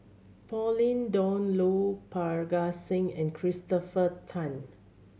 Pauline Dawn Loh Parga Singh and Christopher Tan